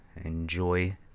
enjoy